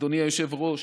אדוני היושב-ראש,